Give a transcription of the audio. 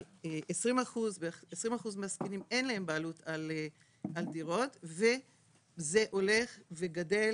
אבל ל-20% מהזקנים אין בעלות על דירות וזה הולך וגדל,